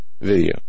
video